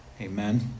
Amen